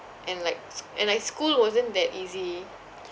and like s~ and like school wasn't that easy